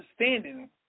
understanding